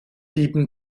dieben